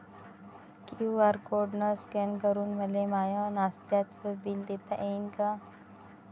QR code scan करून मले माय नास्त्याच बिल देता येईन का?